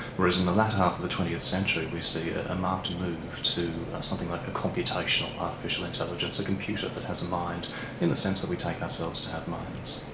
whereas in the latter half of the twentieth century we see a a marked move to something like a computational artificial intelligence, a computer that has a mind in the sense that we take ourselves to have minds.